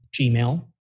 Gmail